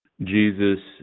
Jesus